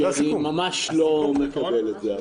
כי אני ממש לא מקבל את זה,